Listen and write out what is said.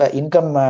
income